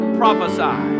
prophesy